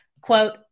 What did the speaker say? quote